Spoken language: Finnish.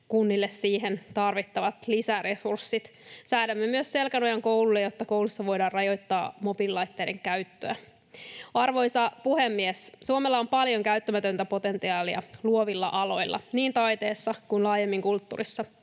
kunnille siihen tarvittavat lisäresurssit. Säädämme myös selkänojan kouluille, jotta koulussa voidaan rajoittaa mobiililaitteiden käyttöä. Arvoisa puhemies! Suomella on paljon käyttämätöntä potentiaalia luovilla aloilla, niin taiteessa kuin laajemmin kulttuurissa,